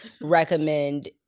recommend